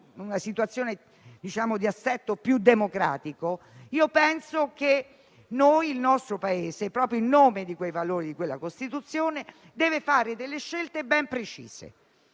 una situazione di assetto più democratico, a maggior ragione il nostro Paese, proprio in nome di quei valori della Costituzione, deve compiere delle scelte ben precise.